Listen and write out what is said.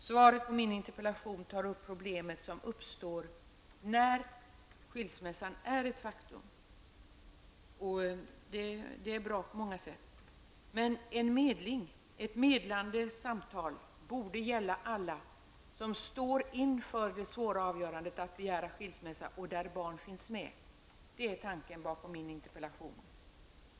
Svaret på min interpellation tar upp de problem som uppstår när skilsmässa är ett faktum, och det är bra på många sätt. Men ett medlande samtal borde gälla alla som står inför det svåra avgörandet att begära skilsmässa och där barn finns med i bilden. Det är tanken bakom min interpellation.